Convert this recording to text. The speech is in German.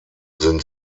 sind